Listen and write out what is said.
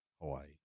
Hawaii